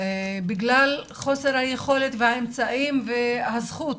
בגלל חוסר היכולת והאמצעים והזכות